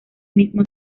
mismo